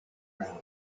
round